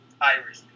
Irish